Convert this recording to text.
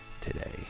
today